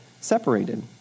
separated